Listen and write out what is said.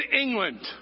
England